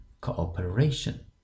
cooperation